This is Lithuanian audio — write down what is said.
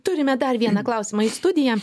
turime dar vieną klausimais į studiją